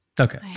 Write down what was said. Okay